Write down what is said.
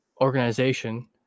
organization